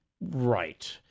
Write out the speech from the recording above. Right